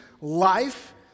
life